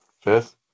Fifth